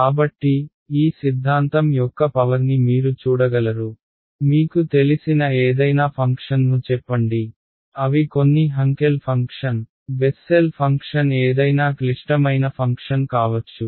కాబట్టి ఈ సిద్ధాంతం యొక్క పవర్ని మీరు చూడగలరు మీకు తెలిసిన ఏదైనా ఫంక్షన్ను చెప్పండి అవి కొన్ని హంకెల్ ఫంక్షన్ బెస్సెల్ ఫంక్షన్ ఏదైనా క్లిష్టమైన ఫంక్షన్ కావచ్చు